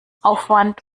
aufwand